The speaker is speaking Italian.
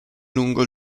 lungo